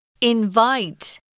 Invite